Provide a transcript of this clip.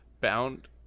bound